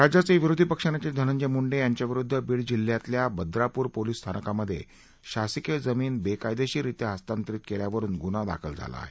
राज्याचे विरोधी पक्षनेते धनंजय मुंडे यांच्याविरुद्ध बीड जिल्ह्यातील बर्दापूर पोलीस स्थानकांमध्ये शासकीय जमीन बेकायदेशीररित्या हस्तांतरित केल्या वरून गुन्हा दाखल झाला झाला आहे